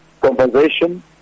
conversation